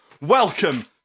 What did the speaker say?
Welcome